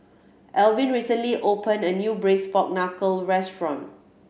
Alvin recently opened a new Braised Pork Knuckle restaurant